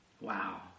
Wow